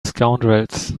scoundrels